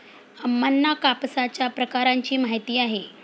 अम्मांना कापसाच्या प्रकारांची माहिती आहे